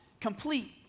complete